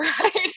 right